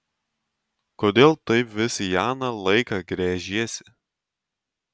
kodėl taip vis į aną laiką gręžiesi